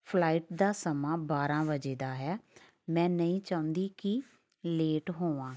flight ਦਾ ਸਮਾਂ ਬਾਰਾਂ ਵਜੇ ਦਾ ਹੈ ਮੈਂ ਨਹੀਂ ਚਾਹੁੰਦੀ ਕਿ ਲੇਟ ਹੋਵਾਂ